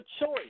choice